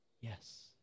yes